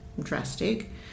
drastic